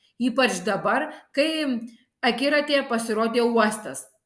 ypač dabar kai akiratyje pasirodė uostas